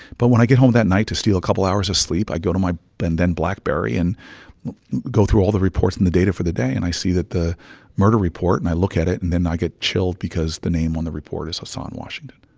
but when i get home that night to steal a couple hours of sleep, i go to my but and then blackberry and go through all the reports and the data for the day, and i see that the murder report, and i look at it. and then i get chills because the name on the report is hassan washington